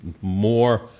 more